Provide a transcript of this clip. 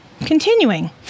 Continuing